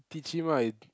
teach him ah